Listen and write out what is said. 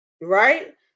Right